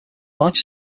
large